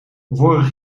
vorig